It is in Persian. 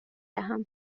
دهم